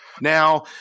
Now